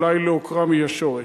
ואולי לעוקרה מהשורש.